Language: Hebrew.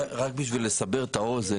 רק כדי לסבר את האוזן.